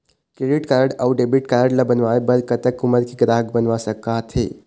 Credit card अऊ debit card ला बनवाए बर कतक उमर के ग्राहक बनवा सका थे?